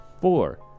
Four